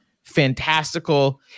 fantastical